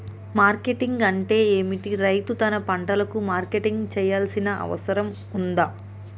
Marketing అంటే ఏమిటి? రైతు తన పంటలకు మార్కెటింగ్ చేయాల్సిన అవసరం ఉందా?